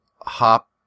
hop